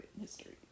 history